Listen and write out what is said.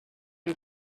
and